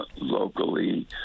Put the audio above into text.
locally